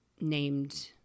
named